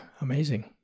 amazing